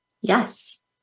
Yes